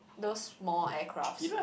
those small aircrafts